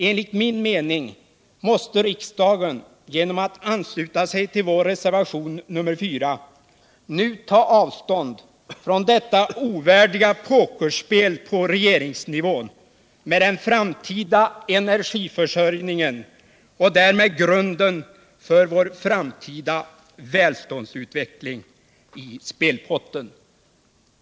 Enligt min mening måste riksdagen genom att ansluta sig till vår reservation nr 4 ta avstånd från detta ovärdiga pokerspel på regeringsnivå med den framtida energiförsörjningen och därmed grunden för vår framtida välståndsutveckling i spelpotten.